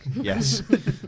Yes